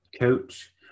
coach